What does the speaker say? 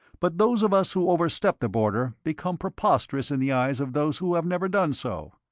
but those of us who overstep the border become preposterous in the eyes of those who have never done so.